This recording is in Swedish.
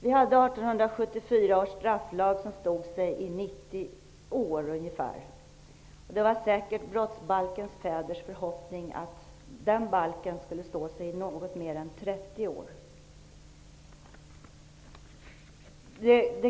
Vi hade 1874 års strafflag som stod sig i ungefär 90 år. Det var säkert brottsbalkens fäders förhoppning att den skulle stå sig något längre än i 30 år.